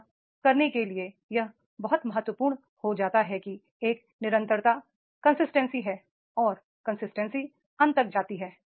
ऐसा करने के लिए यह बहुत महत्वपूर्ण हो जाता है कि एक कंसिस्टेंसी है और कंसिस्टेंसी अंत तक जाती है